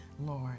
Lord